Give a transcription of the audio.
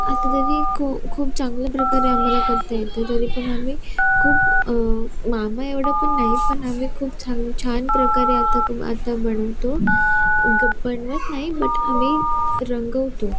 आता तरी खू खूप चांगल्या प्रकारे आम्हाला करता येतं तरी पण आम्ही खूप मामा एवढं पण नाही पण आम्ही खूप छान छान प्रकारे आता क आता बनवतो ग बनवत नाही बट आम्ही रंगवतो